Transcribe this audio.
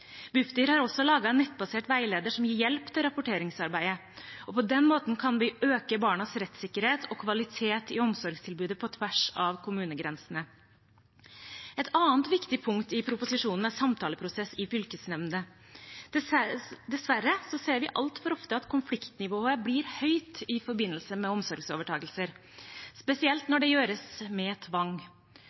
Bufdir har også laget en nyttebasert veileder som gir hjelp i rapporteringsarbeidet. På den måten kan vi øke barnas rettssikkerhet og kvalitet i omsorgstilbudet på tvers av kommunegrensene. Et annet viktig punkt i proposisjonen er samtaleprosess i fylkesnemndene. Dessverre ser vi altfor ofte at konfliktnivået blir høyt i forbindelse med omsorgsovertakelser, spesielt når de gjøres med tvang.